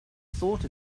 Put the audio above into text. thought